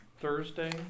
Thursday